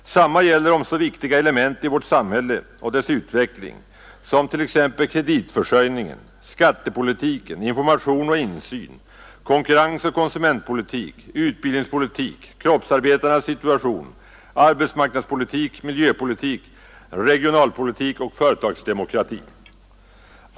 Detsamma gäller om så viktiga element i vårt samhälle och dess utveckling som t.ex. kreditförsörjning, skattepolitik, information och insyn, konkurrensoch konsumentpolitik, utbildningspolitik, kroppsarbetarens situation, arbetsmarknadspolitik, miljöpolitik, regionalpolitik och företagsdemokrati.